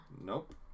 Nope